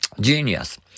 genius